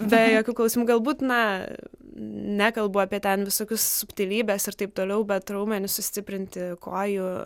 be jokių klausimų galbūt na nekalbu apie ten visokius subtilybes ir taip toliau bet raumenis sustiprinti kojų